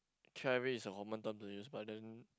carry is a common term to use but then